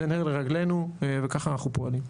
זה נר לרגלנו וכך אנחנו פועלים.